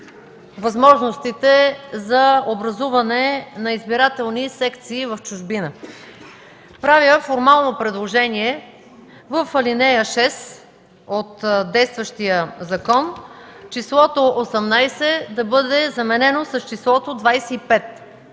възможностите за образуване на избирателни секции в чужбина. Правя формално предложение в ал. 6 от действащия закон числото „18” да бъде заменено с числото „25”.